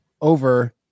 over